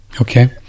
Okay